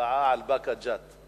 בהצבעה על באקה ג'ת.